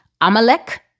amalek